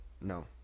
No